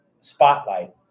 spotlight